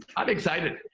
i'm excited.